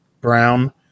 brown